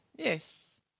Yes